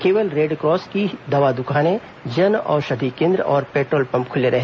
केयल Red Cross की दवा दुकाने जन औषधि केंद्र और पेट्रोल पम्प खुले रहे